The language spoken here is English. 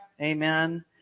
Amen